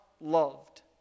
loved